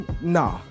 Nah